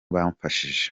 bamfashije